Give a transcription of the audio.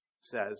says